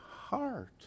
heart